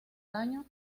daño